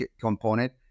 component